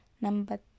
Number